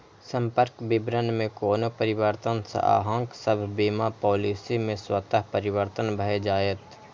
संपर्क विवरण मे कोनो परिवर्तन सं अहांक सभ बीमा पॉलिसी मे स्वतः परिवर्तन भए जाएत